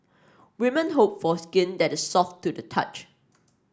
women hope for skin that is soft to the touch